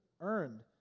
earned